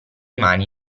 mani